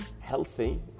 healthy